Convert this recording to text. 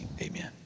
amen